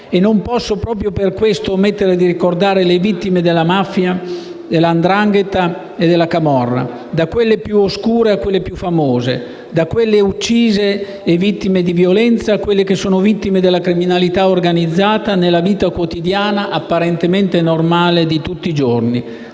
Non posso proprio per questo omettere di ricordare le vittime della mafia, della 'ndrangheta e della camorra, da quelle più oscure a quelle più famose, da quelle uccise e vittime di violenza a quelle vittime della criminalità organizzata nella vita quotidiana e apparentemente normale di tutti giorni,